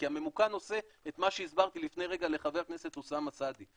כי הממוכן עושה את מה שהסברתי לפני רגע לחבר הכנסת אוסאמה סעדי.